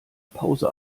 pause